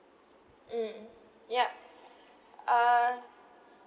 mm yup uh